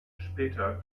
später